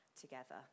together